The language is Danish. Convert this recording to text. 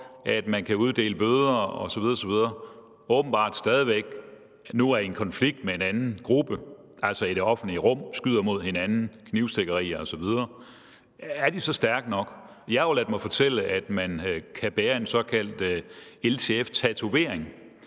at man kan uddele bøder osv. osv., åbenbart stadig væk nu er i en konflikt med en anden gruppe, og altså i det offentlige rum skyder mod hinanden og begår knivstikkerier osv.? Er de så stærke nok? Jeg har ladet mig fortælle, at man kan bære en såkaldt LTF-tatovering